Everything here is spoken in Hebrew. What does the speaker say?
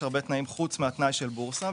חוץ מהתנאי של בורסה.